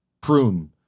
Prune